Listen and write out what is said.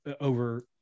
over